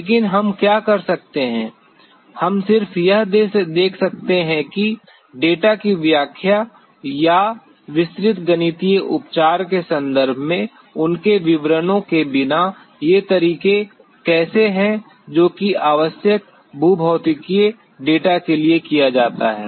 लेकिन हम क्या कर सकते हैं हम सिर्फ यह देख सकते हैं कि डेटा की व्याख्या या विस्तृत गणितीय उपचार के संदर्भ में उनके विवरणों के बिना ये तरीके कैसे हैं जो कि आवश्यक भूभौतिकीय डेटा के लिए किया जाता है